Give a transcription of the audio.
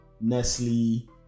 Nestle